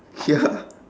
ya